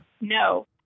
No